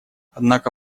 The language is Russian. однако